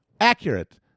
accurate